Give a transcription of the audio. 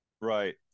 Right